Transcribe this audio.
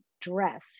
dress